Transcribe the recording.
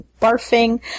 barfing